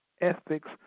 ethics